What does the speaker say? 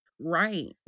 right